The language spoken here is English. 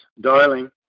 Darling